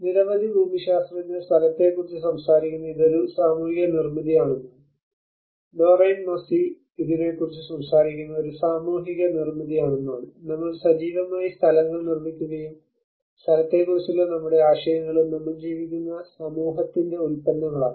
നിരവധി ഭൂമിശാസ്ത്രജ്ഞർ സ്ഥലത്തെക്കുറിച്ച് സംസാരിക്കുന്നത് ഇതൊരു സാമൂഹിക നിർമിതി ആണെന്നാണ് ഡോറെൻ മാസ്സി ഇതിനെക്കുറിച്ച് സംസാരിക്കുന്നത് ഒരു സാമൂഹിക നിർമിതി ആണെന്നാണ് നമ്മൾ സജീവമായി സ്ഥലങ്ങൾ നിർമ്മിക്കുകയും സ്ഥലത്തെക്കുറിച്ചുള്ള നമ്മുടെ ആശയങ്ങളും നമ്മൾ ജീവിക്കുന്ന സമൂഹത്തിന്റെ ഉൽപ്പന്നങ്ങളാണ്